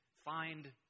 find